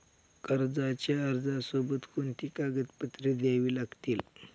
कर्जाच्या अर्जासोबत कोणती कागदपत्रे द्यावी लागतील?